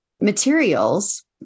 materials